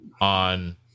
on